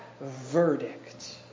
verdict